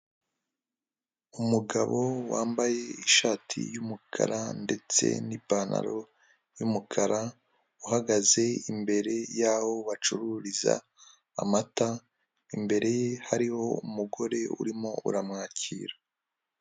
Ibikoresho bitandukanye, birimo ameza ndetse n'uburiri bwo kuryamaho, ahangaha akaba ari muri hoteri, aho umuntu ashobora gusohokera kugira ngo aruhuke mu mutwe cyangwa se ashaka no kwishimisha.